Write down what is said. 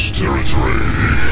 territory